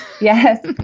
Yes